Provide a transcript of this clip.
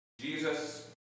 Jesus